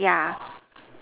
yeah